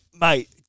mate